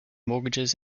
mortgages